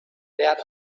that